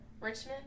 Richmond